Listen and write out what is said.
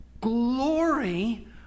glory